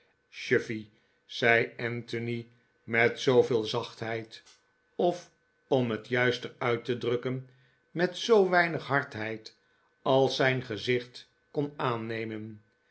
chuffey zei anthony met zooveel zachtheid of om het juister uit te drukken met zoo weinig hardheid als zijn gezicht kon aannemen